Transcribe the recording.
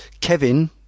kevin